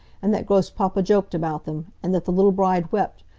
and that grosspapa joked about them, and that the little bride wept,